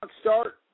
start